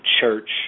church